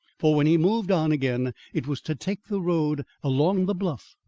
for when he moved on again it was to take the road along the bluff,